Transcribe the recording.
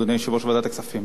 אדוני יושב-ראש ועדת הכספים,